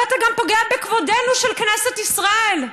ואתה פוגע גם בכבודנו, של כנסת ישראל.